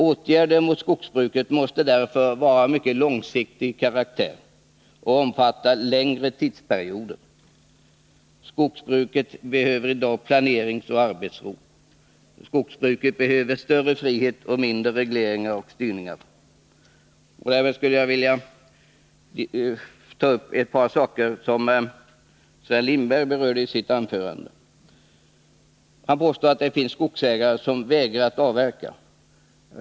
Åtgärder för skogsbruket måste därför vara av mycket långsiktig karaktär och omfatta längre tidsperioder. Skogsbruket behöver i dag planeringsoch arbetsro. Det behöver större frihet och mindre av reglering och styrning. Jag vill i det sammanhanget ta upp ett par frågor som Sven Lindberg var inne på i sitt anförande. Han påstod att det finns skogsägare som vägrar att avverka.